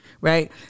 right